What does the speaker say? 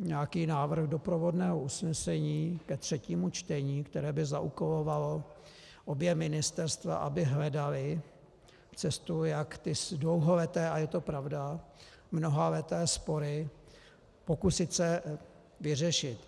nějaký návrh doprovodného usnesení ke třetímu čtení, které by zaúkolovalo obě ministerstva, aby hledala cestu, jak se dlouholeté, a je to pravda, mnohaleté spory pokusit vyřešit.